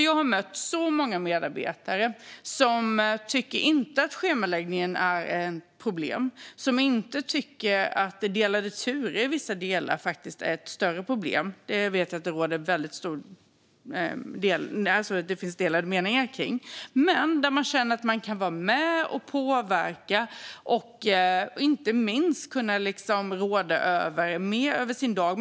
Jag har mött många medarbetare som inte tycker att schemaläggningen är ett problem eller att delade turer är något större problem - det vet jag att det finns delade meningar kring - men som känner att de kan vara med och påverka och inte minst råda över sin dag.